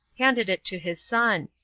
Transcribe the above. handed it to his son,